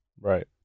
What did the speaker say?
Right